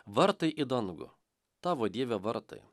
vartai į dangų tavo dieve vartai